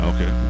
Okay